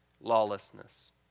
lawlessness